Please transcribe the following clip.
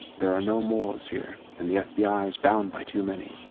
there are no morals here and the fbi is bound by too many.